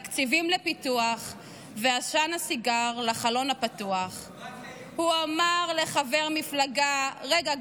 תקציבים לפיתוח / ועשן הסיגר לחלון הפתוח / הוא אומר לחבר מפלגה: 'רגע,